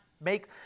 make